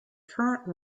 current